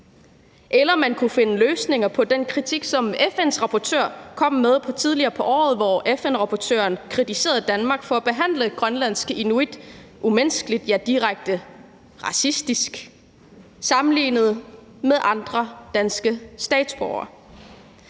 Eller man kunne finde løsninger på den kritik, som FN's rapportør kom med tidligere på året. FN-rapportøren kritiserede Danmark for at behandle grønlandske inuit umenneskeligt, ja, direkte racistisk sammenlignet med andre danske statsborgere.